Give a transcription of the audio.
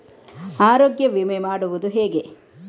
ಆರೋಗ್ಯ ವಿಮೆ ಮಾಡುವುದು ಹೇಗೆ?